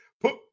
put